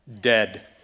Dead